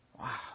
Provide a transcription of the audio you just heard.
Wow